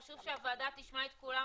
חשוב שהוועדה תשמע את כולם,